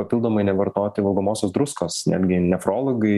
papildomai nevartoti valgomosios druskos netgi nefrologai